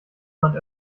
man